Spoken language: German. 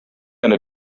eine